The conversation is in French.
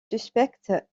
suspectes